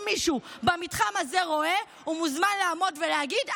אם מישהו במתחם הזה רואה, הוא מוזמן לעמוד ולהגיד.